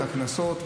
את הקנסות,